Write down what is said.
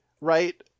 right